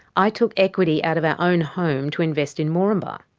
i took equity out of our own home to invest in moranbah.